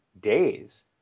days